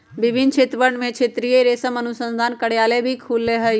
विभिन्न क्षेत्रवन में क्षेत्रीय रेशम अनुसंधान कार्यालय भी खुल्ल हई